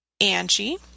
Angie